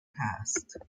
past